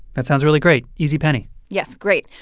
that sounds really great. easy penny yes, great.